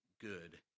good